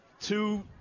Two